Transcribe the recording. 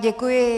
Děkuji.